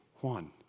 Juan